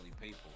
people